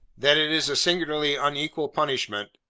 that it is a singularly unequal punishment,